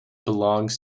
belongs